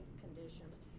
conditions